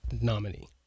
nominee